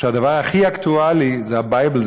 שהדבר הכי אקטואלי זה ה-Bible,